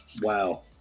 wow